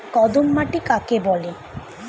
কর্দম মাটি কাকে বলে?